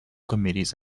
committees